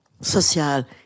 social